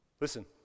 Listen